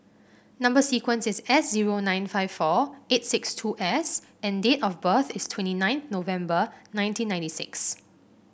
number sequence is S zero nine five four eight six two S and date of birth is twenty nine November nineteen ninety six